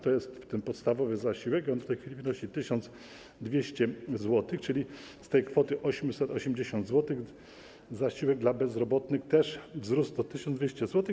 To jest ten podstawowy zasiłek i on w tej chwili wynosi 1200 zł, czyli z tej kwoty 880 zł zasiłek dla bezrobotnych też wzrósł do 1200 zł.